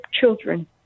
children